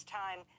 time